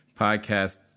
podcast